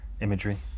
imagery